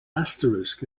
asterisk